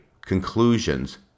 conclusions